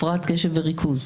הפרעת קשב וריכוז.